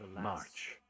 March